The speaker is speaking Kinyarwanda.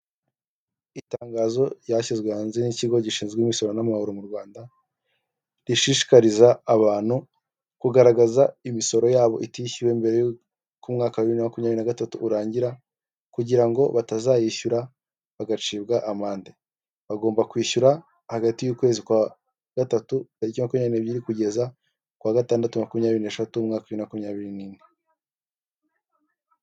Itangazo ryashyizwe hanze n'ikigo gishinzwe imisoro n'amahoro mu Rwanda, rishishikariza abantu kugaragaza imisoro yabo itishyuwe mbere y'uko umwaka wa bibiri na makumyabiri na gatatu urangira, kugira ngo batazayishyura bagacibwa amande, bagomba kwishyura hagati y'ukwezi kwa gatatu taliki makumya n'ebyiri kugeza mu kwa gatandatu makumyabiri n'eshatu umwaka wa bibiri na makumyabiri n'ine.